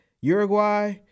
Uruguay